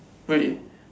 really